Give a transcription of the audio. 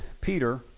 Peter